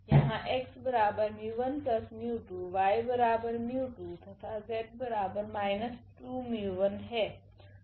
यहा 𝑥 𝜇1 𝜇2 𝑦 𝜇2 तथा 𝑧 −2𝜇1 है